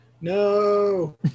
no